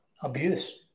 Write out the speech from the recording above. abuse